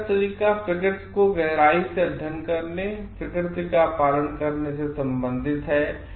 ज्ञान का तरीका प्रकृति का गहराई से अध्ययन करने और प्रकृति का पालन करने से संबंधित है